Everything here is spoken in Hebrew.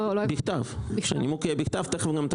לא הבנתי.